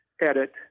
edit